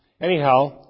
Anyhow